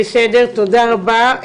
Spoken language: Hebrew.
בסדר תודה רבה,